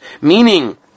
Meaning